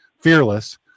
fearless